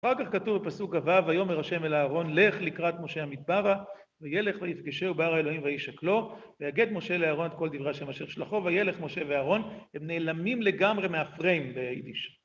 אחר כך כתוב בפסוק הבא, ויאמר השם אל אהרון, לך לקראת משה המדברה, וילך ויפגשהו בהר האלוהים וישקלו, ויגד משה לאהרון את כל דברי השם אשר שלחו, וילך משה ואהרון, הם נעלמים לגמרי, מהפריים ביידיש.